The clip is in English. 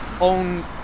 own